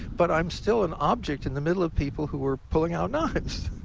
but i'm still an object in the middle of people who were pulling out knives.